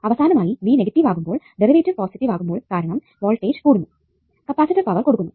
അവസാനമായി V negative ആകുമ്പോൾ derivative positive ആകുമ്പോൾ കാരണം വോൾട്ടേജ് കൂടുന്നു കപ്പാസിറ്റർ പവർ കൊടുക്കുന്നു